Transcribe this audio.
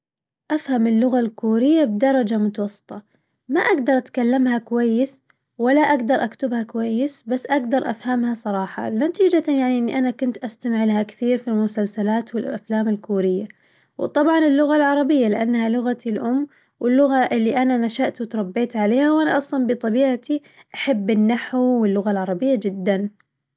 أفهم اللغة الكورية بدرجة متوسطة، ما أقدر أتكلمها كويس ولا أقدر أكتبها كويس بس أقدر أفهمها صراحة، نتيجةً يعني إني أنا كنت أستمع لها كثير في المسلسلات والأفلام الكورية، وطبعاً اللغة العربية لأنها لغتي الأم واللغة اللي أنا نشأت وتربيت عليها وأنا أصلاً بطبيعتي أحب النحو واللغة العربية جداً.